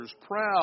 proud